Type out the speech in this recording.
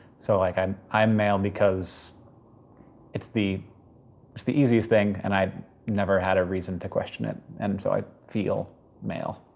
so like i'm um male because it's the it's the easiest thing and i never had a reason to question it and so i feel male.